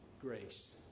grace